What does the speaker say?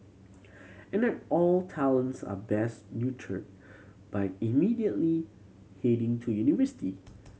and not all talents are best nurtured by immediately heading to university